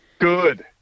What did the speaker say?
Good